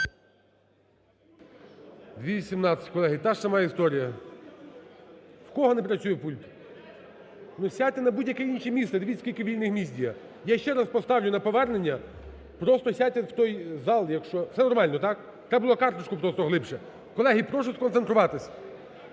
За-217 Колеги, та ж сама історія. У кого не працює пульт? Ну, сядьте на будь-яке інше місце, дивіться, скільки вільних місць є. Я ще раз поставлю на повернення, просто сядьте у той зал, якщо… Все нормально, так? Треба було карточку просто глибше. Колеги, прошу сконцентруватись.